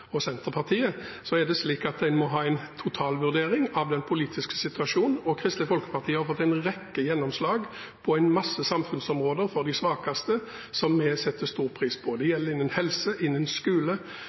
og Senterpartiet om. En må ha en totalvurdering av den politiske situasjonen. Kristelig Folkeparti har fått en rekke gjennomslag på mange samfunnsområder som gjelder de svakeste, noe vi setter stor pris på. Det